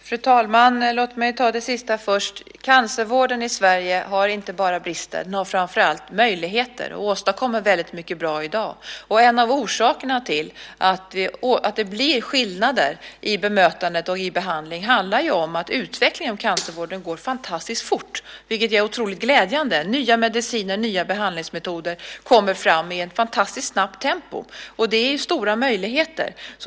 Fru talman! Låt mig ta det sista först. Cancervården i Sverige har inte bara brister. Den har framför allt möjligheter och åstadkommer väldigt mycket bra i dag. En av orsakerna till att det blir skillnader i bemötande och i behandling handlar om att utvecklingen av cancervården går fantastiskt fort, vilket är otroligt glädjande. Nya mediciner och nya behandlingsmetoder kommer fram i ett fantastiskt snabbt tempo, och det ger stora möjligheter.